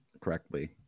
correctly